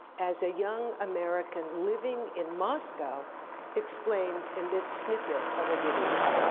as a young american living in moscow explains in this snippet of a video.